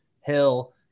Hill